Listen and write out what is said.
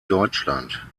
deutschland